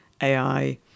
AI